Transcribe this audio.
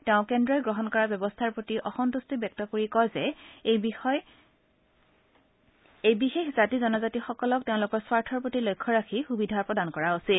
তেওঁ কেন্দ্ৰই গ্ৰহণ কৰা ব্যৱস্থাৰ প্ৰতি অসন্তুষ্টি ব্যক্ত কৰি কয় যে এই বিশেষ জাতি জনজাতিসকলক তেওঁলোকৰ স্বাৰ্থৰ প্ৰতি লক্ষ্য ৰাখি সুবিধা প্ৰদান কৰা উচিত